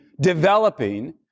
developing